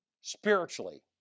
spiritually